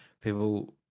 people